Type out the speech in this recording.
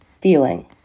feeling